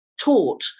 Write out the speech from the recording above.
taught